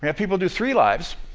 and people do three lives,